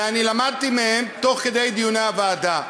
ואני למדתי מהם תוך כדי דיוני הוועדה.